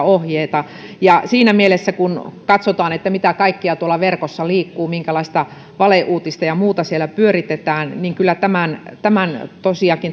ohjeita siinä mielessä kun katsotaan mitä kaikkea tuolla verkossa liikkuu minkälaista valeuutista ja muuta siellä pyöritetään niin kyllä tämän tämän